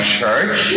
church